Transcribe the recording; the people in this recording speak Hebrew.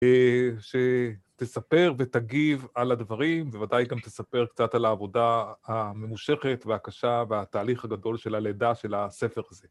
שתספר ותגיב על הדברים, ובוודאי גם תספר קצת על העבודה הממושכת והקשה והתהליך הגדול של הלידה של הספר הזה.